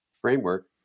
framework